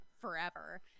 forever